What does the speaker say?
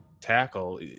tackle